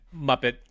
Muppet